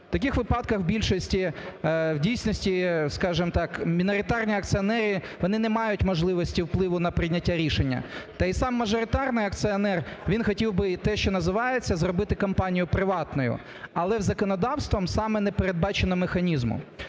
В таких випадках в більшості, в дійсності, скажемо так, міноритарні акціонери, вони не мають можливості впливу на прийняття рішення. Та й сам мажоритарний акціонер, він хотів би і те, що називається, зробити компанію приватною, але законодавством саме не передбачено механізму.